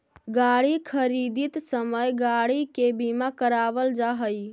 गाड़ी खरीदित समय गाड़ी के बीमा करावल जा हई